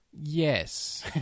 Yes